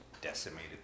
decimated